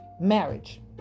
marriage